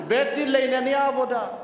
בית-דין לענייני עבודה.